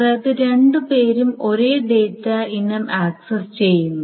അതായത് രണ്ടുപേരും ഒരേ ഡാറ്റ ഇനം ആക്സസ് ചെയ്യുന്നു